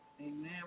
Amen